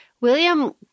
William